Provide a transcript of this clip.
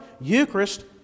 Eucharist